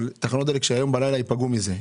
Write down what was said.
שהיום בלילה ייפגעו מזה,